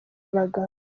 abagabo